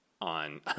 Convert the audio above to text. on